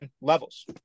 levels